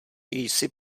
jsi